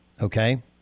Okay